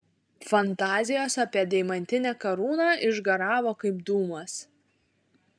fantazijos apie deimantinę karūną išgaravo kaip dūmas